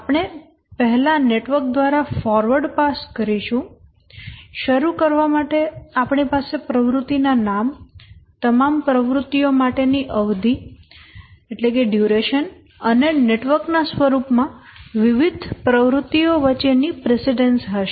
આપણે પહેલા નેટવર્ક દ્વારા ફોરવર્ડ પાસ કરીશું શરૂ કરવા માટે આપણી પાસે પ્રવૃત્તિના નામો અને તમામ પ્રવૃત્તિઓ માટેની અવધિ અને નેટવર્કના સ્વરૂપમાં વિવિધ પ્રવૃત્તિઓ વચ્ચેની પ્રિસીડેન્સ હશે